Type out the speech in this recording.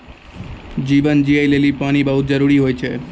जीवन जियै लेलि पानी बहुत जरूरी होय छै?